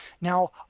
Now